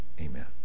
amen